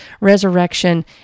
resurrection